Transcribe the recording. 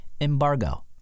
embargo